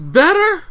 better